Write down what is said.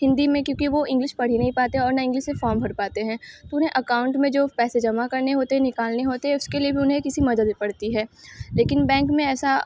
हिन्दी में क्योंकि वो इंग्लिश पढ़ ही नहीं पाते और ना इंग्लिश में फॉम भर पाते हैं तो उन्हें अकाउंट में जो पैसे जमा करने होते हैं निकालने होते हैं उसके लिए भी उन्हें किसी मदद भी पड़ती है लेकिन बैंक में ऐसा